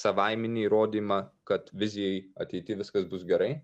savaiminį įrodymą kad vizijoj ateity viskas bus gerai